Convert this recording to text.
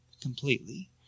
completely